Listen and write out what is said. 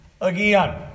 again